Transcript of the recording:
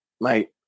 mate